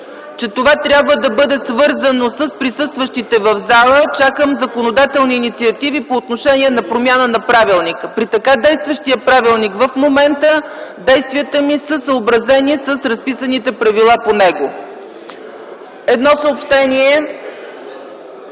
че това трябва да бъде свързано с присъстващите в залата, чакам законодателни инициативи по отношение на промяна на Правилника. При така действащия Правилник в момента действията ми са съобразени с разписаните правила в него. Едно съобщение: